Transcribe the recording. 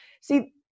See